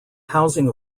housing